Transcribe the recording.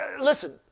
Listen